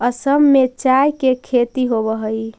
असम में चाय के खेती होवऽ हइ